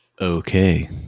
Okay